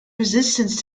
resistance